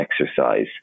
exercise